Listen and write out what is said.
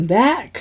back